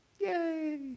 yay